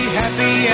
happy